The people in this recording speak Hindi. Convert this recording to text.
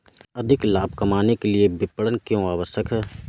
अधिक लाभ कमाने के लिए विपणन क्यो आवश्यक है?